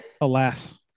alas